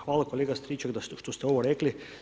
Hvala kolega Stričak što ste ovo rekli.